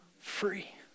free